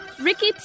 Ricky